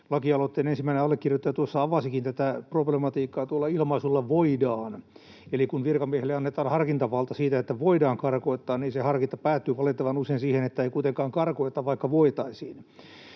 Lakialoitteen ensimmäinen allekirjoittaja tuossa avasikin tätä problematiikkaa ilmaisulla ”voidaan”, eli kun virkamiehelle annetaan harkintavalta siinä, että voidaan karkottaa, niin se harkinta päätyy valitettavan usein siihen, että ei kuitenkaan karkoteta, vaikka voitaisiin.